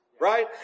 right